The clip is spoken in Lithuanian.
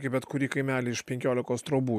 į bet kurį kaimelį iš penkiolikos trobų